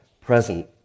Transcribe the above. present